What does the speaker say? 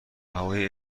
هوای